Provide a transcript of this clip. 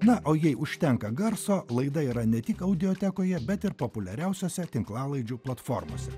na o jei užtenka garso laida yra ne tik audiotekoje bet ir populiariausiose tinklalaidžių platformose